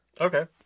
Okay